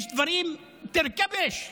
יש דברים (אומר בערבית ומתרגם:)